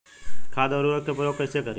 खाद व उर्वरक के उपयोग कईसे करी?